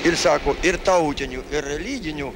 ir sako ir tautinių ir religinių